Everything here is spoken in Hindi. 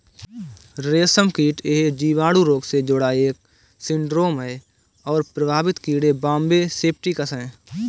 रेशमकीट यह जीवाणु रोग से जुड़ा एक सिंड्रोम है और प्रभावित कीड़े बॉम्बे सेप्टिकस है